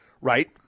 right